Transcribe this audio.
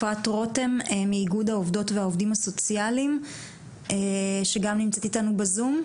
אפרת רותם מהאגוד העובדות והעובדים הסוציאליים שגם נמצאת איתנו בזום.